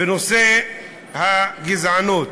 בנושא הגזענות.